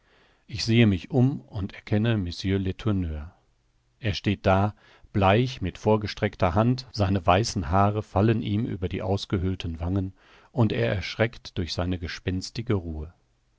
ich sehe mich um und erkenne mr letourneur er steht da bleich mit vorgestreckter hand seine weißen haare fallen ihm über die ausgehöhlten wangen und er erschreckt durch seine gespenstige ruhe